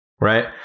right